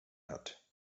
hat